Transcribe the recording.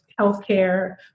healthcare